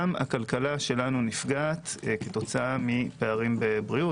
גם הכלכלה שלנו נפגעת כתוצאה מפערים בבריאות.